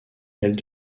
elle